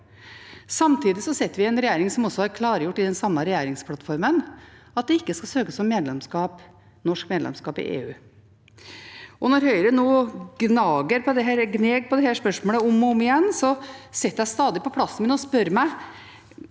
Samtidig sitter vi i en regjering som har klargjort, i den samme regjeringsplattformen, at det ikke skal søkes om norsk medlemskap i EU. Når Høyre nå gnager på dette spørsmålet om og om igjen, sitter jeg stadig på plassen min og spør meg: